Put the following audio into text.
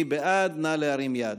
נא להרים יד.